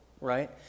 right